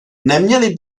neměli